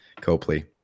Copley